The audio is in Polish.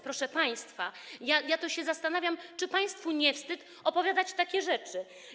Proszę państwa, ja to się zastanawiam, czy państwu nie wstyd opowiadać takie rzeczy.